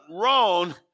wrong